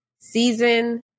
season